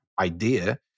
idea